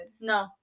No